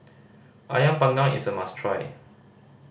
Ayam Panggang is a must try